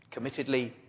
committedly